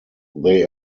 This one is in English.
they